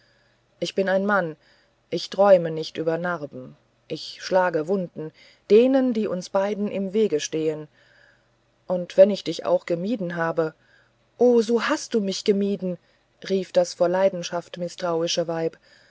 ich bin ein mann ich träume nicht über narben ich schlage wunden denen die uns beiden im wege stehen und wenn ich dich auch gemieden habe so hast du mich gemieden rief das vor leidenschaft mißtrauische weib